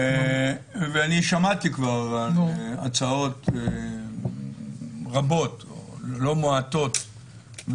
אני כבר שמעתי הצעות רבות או לא מועטות,